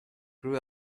grew